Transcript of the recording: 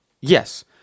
Yes